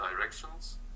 directions